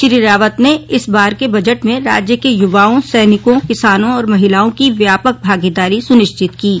श्री रावत ने बताया कि इस बार के बजट में राज्य के युवाओं सैनिकों किसानों और महिलाओं की व्यापक भागीदारी सुनिश्चित की गई